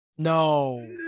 no